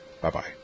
Bye-bye